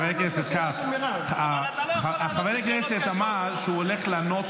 אדוני היושב-ראש, מאוד מאוד